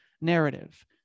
narrative